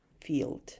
field